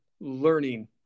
learning